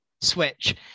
switch